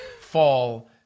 fall